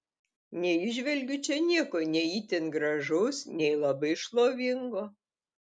neįžvelgiu čia nieko nei itin gražaus nei labai šlovingo